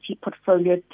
portfolio